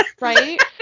Right